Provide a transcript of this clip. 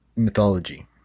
Mythology